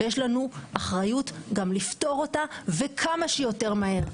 ויש לנו אחריות גם לפתור אותה וכמה שיותר מהר.